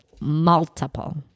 multiple